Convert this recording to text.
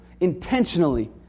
intentionally